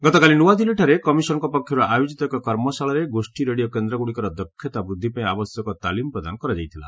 ଗତକାଲି ନୂଆଦିଲ୍ଲୀଠାରେ କମିଶନଙ୍କ ପକ୍ଷରୁ ଆୟୋଜିତ ଏକ କର୍ମଶାଳାରେ ଗୋଷ୍ଠୀ ରେଡିଓ କେନ୍ଦ୍ରଗୁଡ଼ିକର ଦକ୍ଷତା ବୃଦ୍ଧି ପାଇଁ ଆବଶ୍ୟକ ତାଲିମ ପ୍ରଦାନ କରାଯାଇଥିଲା